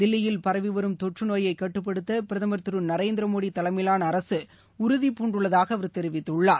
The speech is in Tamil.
தில்லியில் பரவி வரும் தொற்று நோயை கட்டுப்படுத்த பிரதமர் திரு நரேந்திர மோடி தலைமையிலான அரசு உறுதிபூண்டுள்ளதாக அவர் தெரிவித்துள்ளார்